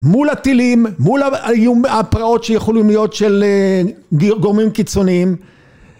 מול הטילים מול הפרעות שיכולים להיות של גורמים קיצוניים